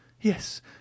Yes